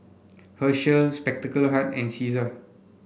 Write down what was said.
Herschel Spectacle Hut and Cesar